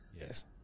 Yes